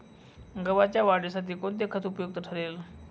गव्हाच्या वाढीसाठी कोणते खत उपयुक्त ठरेल?